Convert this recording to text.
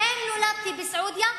אילו נולדתי בסעודיה,